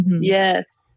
Yes